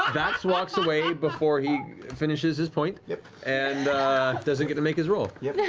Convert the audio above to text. vax walks away before he finishes his point, yeah and doesn't get to make his roll. yeah